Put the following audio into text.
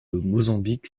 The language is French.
mozambique